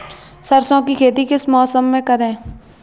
सरसों की खेती किस मौसम में करें?